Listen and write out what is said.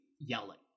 yelling